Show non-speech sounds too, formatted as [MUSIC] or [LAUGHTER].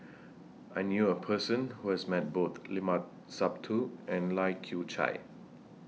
[NOISE] I knew A Person Who has Met Both Limat Sabtu and Lai Kew Chai